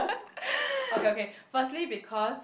okay okay firstly because